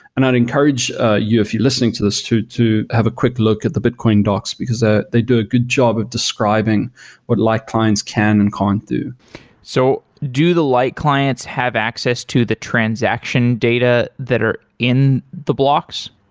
and encourage you, if you're listening to this to to have a quick look at the bitcoin docs, because ah they do a good job of describes what light clients can and can't do so do the light clients have access to the transaction data that are in the blocks?